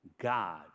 god